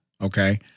okay